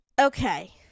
Okay